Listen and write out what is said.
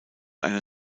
eine